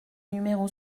numéro